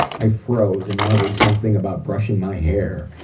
i froze and muttered something about brushing my hair,